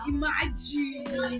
Imagine